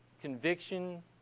conviction